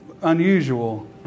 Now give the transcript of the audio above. unusual